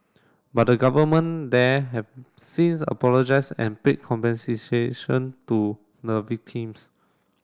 but the government there have since apologised and paid compensation to the victims